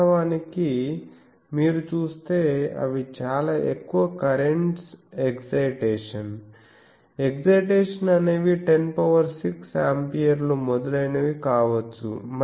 వాస్తవానికిని మీరు చూస్తే అవి చాలా ఎక్కువ కరెంట్స్ ఎక్సైటేషన్ ఎక్సైటేషన్ అనేవి 106 ఆంపియర్లు మొదలైనవి కావచ్చు